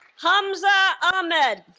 hamzah ahmed